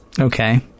Okay